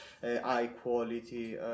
high-quality